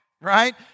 right